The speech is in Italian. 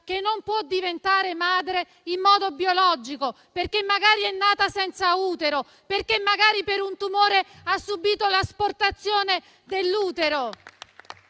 che non può concepire in modo biologico, perché magari la donna è nata senza utero, perché magari per un tumore ha subìto l'asportazione dell'utero.